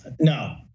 No